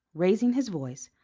raising his voice,